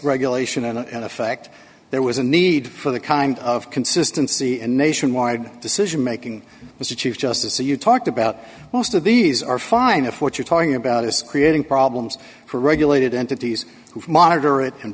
regulation and in effect there was a need for the kind of consistency and nationwide decision making was the chief justice you talked about most of these are fine if what you're talking about is creating problems for regulated entities who monitor it and